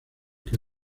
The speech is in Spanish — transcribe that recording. que